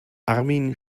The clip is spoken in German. armin